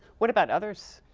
what about others?